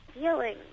feeling